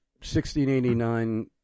1689